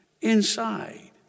inside